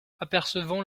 apercevant